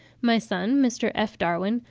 my son, mr. f. darwin,